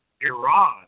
Iran